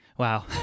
Wow